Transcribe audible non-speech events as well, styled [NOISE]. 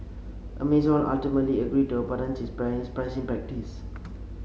Amazon ultimately agreed to abandon its [UNINTELLIGIBLE] pricing practice